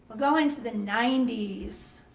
go into the ninety s.